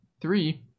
three